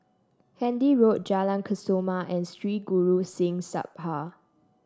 Handy Road Jalan Kesoma and Sri Guru Singh Sabha